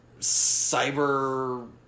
cyber